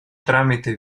tramite